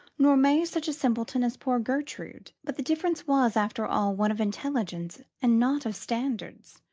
nor may such a simpleton as poor gertrude but the difference was after all one of intelligence and not of standards.